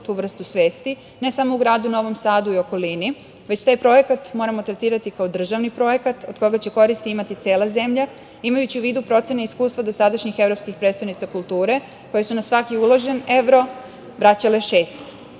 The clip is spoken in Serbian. tu vrstu svesti, ne samo u gradu Novom Sadu i okolini, već taj projekat moramo tretirati kao državni projekat od koga će koristi imati cela zemlja, imajući u vidu procene iskustva dosadašnjih evropskih prestonica kulture koje su na svaki uložen evro vraćale šest. Jedan